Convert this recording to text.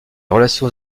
relations